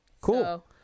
Cool